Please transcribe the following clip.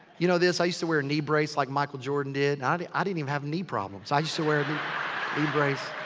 you know this? i used to wear a knee brace like michael jordan did. i didn't even have a knee problems. i used to wear a knee brace.